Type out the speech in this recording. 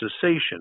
cessation